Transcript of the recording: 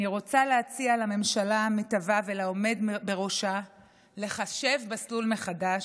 אני רוצה להציע לממשלה המתהווה ולעומד בראשה לחשב מסלול מחדש,